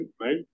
right